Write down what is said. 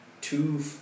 two